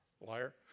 Liar